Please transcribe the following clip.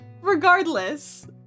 Regardless